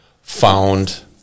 found